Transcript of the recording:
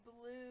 Blue